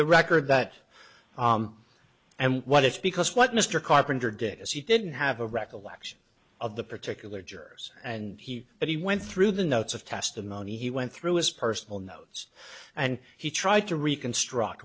the record that and what it's because what mr carpenter did as he didn't have a recollection of the particular jurors and he that he went through the notes of testimony he went through his personal notes and he tried to reconstruct